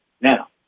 Now